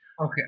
Okay